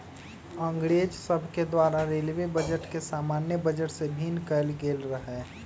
अंग्रेज सभके द्वारा रेलवे बजट के सामान्य बजट से भिन्न कएल गेल रहै